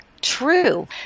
true